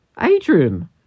Adrian